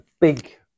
big